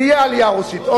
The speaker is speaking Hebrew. תהיה עלייה רוסית.